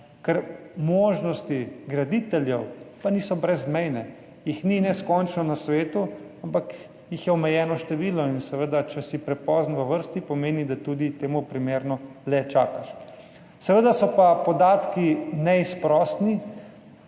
Ker možnosti graditeljev pa niso brezmejne, jih ni neskončno na svetu, ampak jih je omejeno število. In seveda, če si prepozen v vrsti, pomeni, da tudi temu primerno dlje čakaš. Seveda so pa podatki neizprosni,